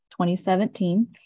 2017